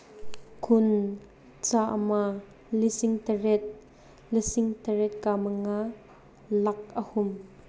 ꯀꯨꯟ ꯆꯥꯝꯃ ꯂꯤꯁꯤꯡ ꯇꯔꯦꯠ ꯂꯤꯁꯤꯡ ꯇꯔꯦꯠꯀ ꯃꯉꯥ ꯂꯥꯛ ꯑꯍꯨꯝ